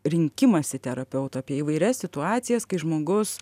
rinkimąsi terapeutų apie įvairias situacijas kai žmogus